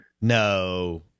No